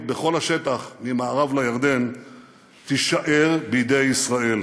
בכל השטח ממערב לירדן תישאר בידי ישראל,